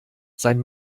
sein